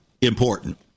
important